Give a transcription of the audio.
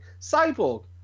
Cyborg